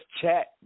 chat